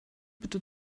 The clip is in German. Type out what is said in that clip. bitte